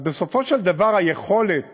אז בסופו של דבר היכולת